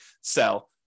sell